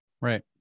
Right